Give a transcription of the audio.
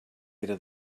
era